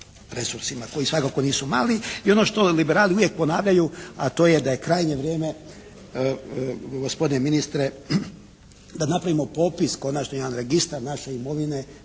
resursima koji svakako nisu mali. I ono što liberali uvijek ponavljaju, a to je da je krajnje vrijeme gospodine ministre, da napravimo popis konačni jedan, registar naše imovine,